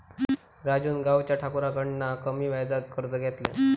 राजून गावच्या ठाकुराकडना कमी व्याजात कर्ज घेतल्यान